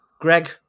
Greg